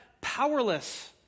powerless